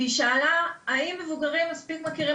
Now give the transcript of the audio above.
והיא שאלה האם מבוגרים מספיק מכירים